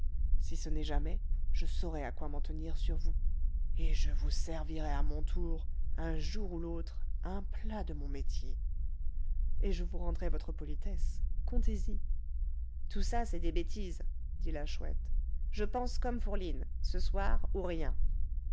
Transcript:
si ce n'est jamais je saurai à quoi m'en tenir sur vous et je vous servirai à mon tour un jour ou l'autre un plat de mon métier et je vous rendrai votre politesse comptez-y tout ça c'est des bêtises dit la chouette je pense comme fourline ce soir ou rien